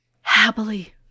happily